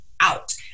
out